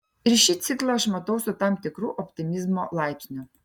ir šį ciklą aš matau su tam tikru optimizmo laipsniu